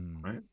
right